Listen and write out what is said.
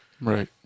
Right